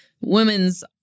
Women's